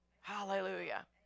Hallelujah